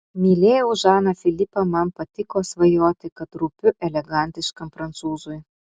mylėjau žaną filipą man patiko svajoti kad rūpiu elegantiškam prancūzui